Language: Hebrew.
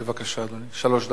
בבקשה, אדוני, שלוש דקות.